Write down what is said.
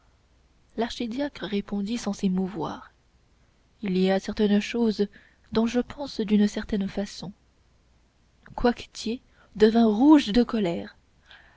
l'archidiacre répondit sans s'émouvoir il y a certaines choses dont je pense d'une certaine façon coictier devint rouge de colère